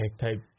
type